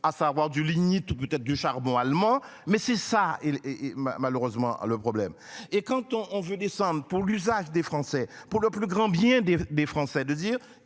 à savoir du lignite peut-être du charbon allemand mais c'est ça et. Malheureusement à le problème et quand on on veut descendre pour l'usage des Français pour le plus grand bien des des Français de dire